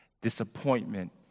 Disappointment